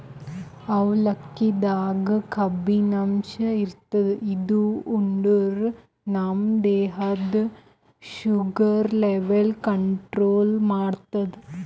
ಅವಲಕ್ಕಿದಾಗ್ ಕಬ್ಬಿನಾಂಶ ಇರ್ತದ್ ಇದು ಉಂಡ್ರ ನಮ್ ದೇಹದ್ದ್ ಶುಗರ್ ಲೆವೆಲ್ ಕಂಟ್ರೋಲ್ ಮಾಡ್ತದ್